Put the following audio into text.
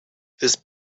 this